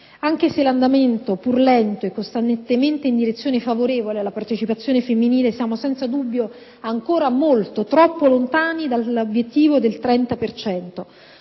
Anche se l'andamento, pur lento, è costantemente in direzione favorevole alla partecipazione femminile, siamo senza dubbio ancora molto, troppo lontani dall'obiettivo del 30